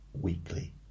weekly